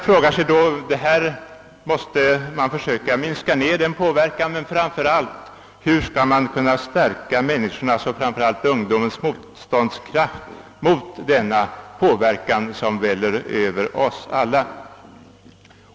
Detta inflytande måste vi försöka minska, och vi måste framför allt fråga oss hur vi skall kunna stärka människornas — i första hand ungdomarnas — motståndskraft mot den påverkan som väller över oss alla.